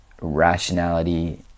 rationality